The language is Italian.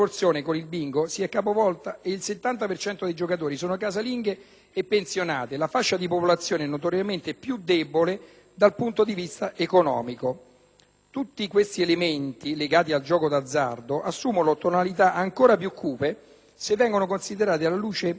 a dire la fascia di popolazione notoriamente più debole dal punto di vista economico. Tutti questi elementi, legati al gioco d'azzardo, assumono tonalità ancora più cupe se vengono considerati alla luce dell'attuale momento di crisi che il nostro Paese sta attraversando. Infatti,